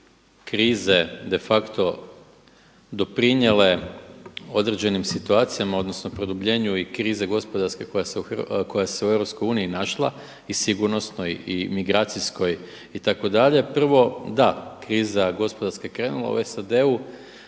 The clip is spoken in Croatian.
krize de facto doprinijele određenim situacijama odnosno produbljenju i krize gospodarske koja se u EU našla i sigurnosnoj i migracijskoj itd.. Prvo, da, kriza gospodarska je krenula u SAD-u